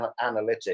analytics